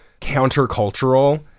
countercultural